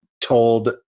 told